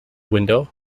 window